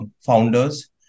founders